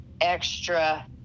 extra